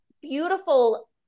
beautiful